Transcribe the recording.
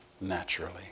naturally